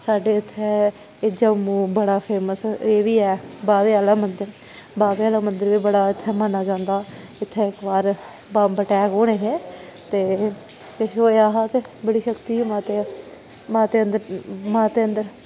साढ़े इत्थें जम्मू बड़ा फेमस एह् बी ऐ बाह्वे आह्ला मन्दर बाह्वे आह्ला मन्दर बी बड़ा इत्थें मन्नेआ जंदा उत्थें इक बार बम्ब अटैक होने हे ते किश होएआ हा ते बड़ी शक्ति ऐ माता दी माते अन्दर माते अन्दर